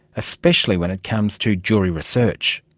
especially when it comes to jury research.